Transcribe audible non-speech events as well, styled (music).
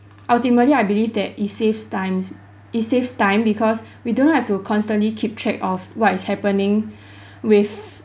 ultimately I believe that it saves times it saves time because we do not have to constantly keep track of what is happening (breath) with